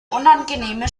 unangenehme